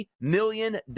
million